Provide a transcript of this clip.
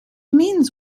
means